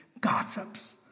gossips